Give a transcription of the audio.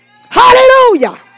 Hallelujah